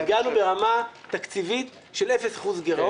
הגענו ברמה תקציבית של אפס אחוז גרעון,